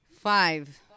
Five